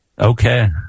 Okay